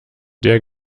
der